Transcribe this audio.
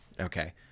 Okay